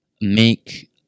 Make